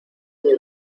muy